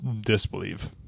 disbelieve